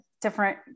different